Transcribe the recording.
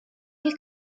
del